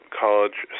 college